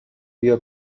بیا